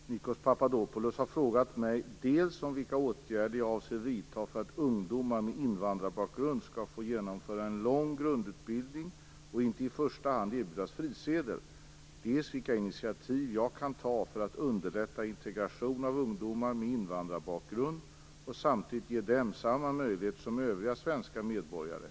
Herr talman! Nikos Papadopoulos har frågat mig dels om vilka åtgärder jag avser att vidta för att ungdomar med invandrarbakgrund skall få genomföra en lång grundutbildning och inte i första hand erbjudas frisedel, dels vilka initiativ jag kan ta för att underlätta integration av ungdomar med invandrarbakgrund och samtidigt ge dem samma möjligheter som övriga svenska medborgare.